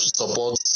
support